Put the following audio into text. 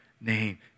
name